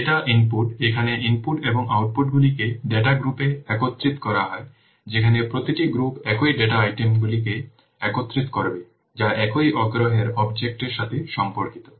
এটা ইনপুট এখানে ইনপুট এবং আউটপুটগুলিকে ডেটা গ্রুপে একত্রিত করা হয় যেখানে প্রতিটি গ্রুপ একই ডাটা আইটেমগুলিকে একত্রিত করবে যা একই আগ্রহের অবজেক্ট এর সাথে সম্পর্কিত